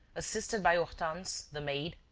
assisted by hortense the maid,